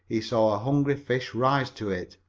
he saw a hungry fish rise to it.